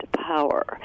power